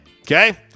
Okay